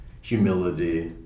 humility